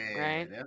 right